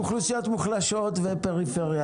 רק אוכלוסיות מוחלשות ופריפריה.